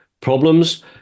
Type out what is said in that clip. problems